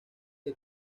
que